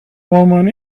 woman